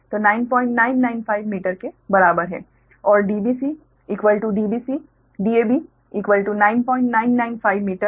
तो 9995 मीटर के बराबर है और dbcdab9995 मीटर